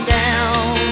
down